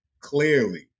clearly